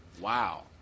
Wow